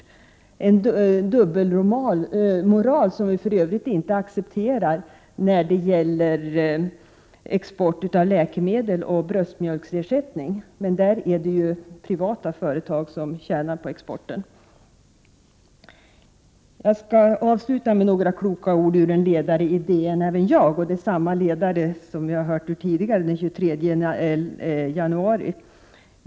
Det är en dubbelmoral som vi förövrigt inte accepterar när det gäller export av läkemedel och bröstmjölksersättning. Men där är det ju privata företag som tjänar på exporten. Även jag skall avsluta med några kloka ord ur en ledare i DN från den 23 januari.